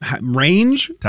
range